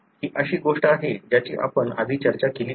ही अशी गोष्ट आहे ज्याची आपण आधी चर्चा केली होती